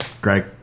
Greg